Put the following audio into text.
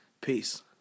Peace